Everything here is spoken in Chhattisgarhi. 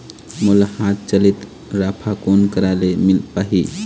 मोला हाथ चलित राफा कोन करा ले मिल पाही?